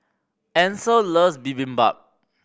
Ancel loves Bibimbap